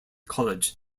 college